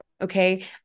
Okay